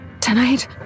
Tonight